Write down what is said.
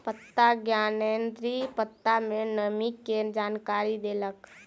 पत्ता ज्ञानेंद्री पत्ता में नमी के जानकारी देलक